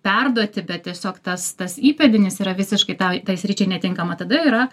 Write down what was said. perduoti bet tiesiog tas tas įpėdinis yra visiškai tai tai sričiai netinkama tada yra